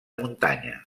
muntanya